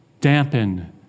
dampen